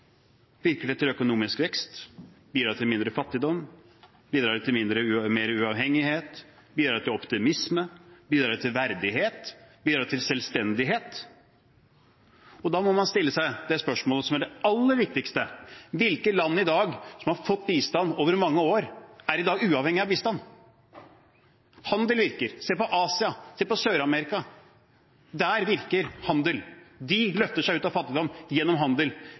til økonomisk vekst? Bidrar det til mindre fattigdom? Bidrar det til mer uavhengighet? Bidrar det til optimisme? Bidrar det til verdighet? Bidrar det til selvstendighet? Så må man stille seg det aller viktigste spørsmålet: Hvilke land som over mange år har fått bistand, er i dag uavhengig av bistand? Handel virker. Se på Asia og Sør-Amerika: Der virker handel. De løfter seg ut av fattigdom gjennom handel.